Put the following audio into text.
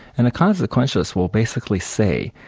and the consequentialist will basically say,